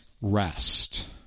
rest